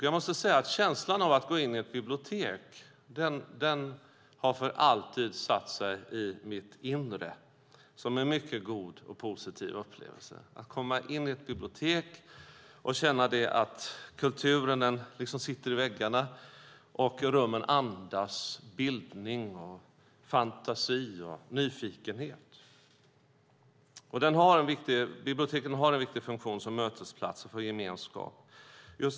Jag måste säga att känslan av att gå in i ett bibliotek för alltid har satt sig i mitt inre som en mycket god och positiv upplevelse - att komma in i ett bibliotek och känna att kulturen liksom sitter i väggarna och att rummen andas bildning, fantasi och nyfikenhet. Biblioteken har en viktig funktion som mötesplats och för gemenskap.